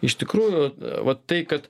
iš tikrųjų vat tai kad